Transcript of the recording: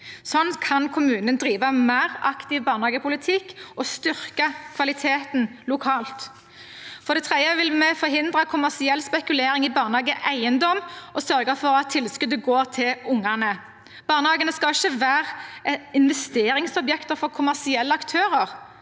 Sånn kan kommunene drive mer aktiv barnehagepolitikk og styrke kvaliteten lokalt. For det tredje vil vi forhindre kommersiell spekulering i barnehageeiendom og sørge for at tilskuddet går til ungene. Barnehagene skal ikke være investeringsobjekter for kommersielle aktører.